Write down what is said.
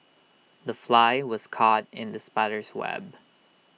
the fly was caught in the spider's web